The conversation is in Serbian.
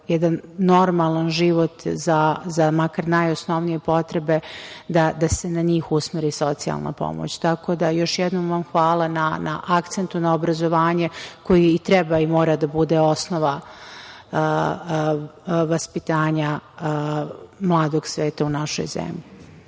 jedan normalan život za makar najosnovnije potrebe i da se njih usmeri socijalna pomoć. Tako da još jednom vam hvala na akcentu na obrazovanju koji treba i mora da bude osnova vaspitanja mladog sveta u našoj zemlji.